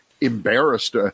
embarrassed